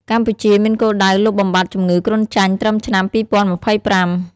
កម្ពុជាមានគោលដៅលុបបំបាត់ជំងឺគ្រុនចាញ់ត្រឹមឆ្នាំ ២០២៥។